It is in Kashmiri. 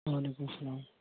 وعلیکُم سَلام